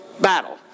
battle